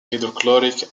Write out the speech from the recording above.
hydrochloric